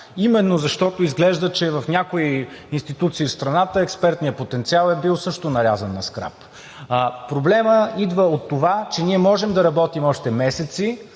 именно защото изглежда, че в някои институции в страната експертният потенциал е бил също нарязан на скрап. Проблемът идва от това, че ние може да работим още месеци,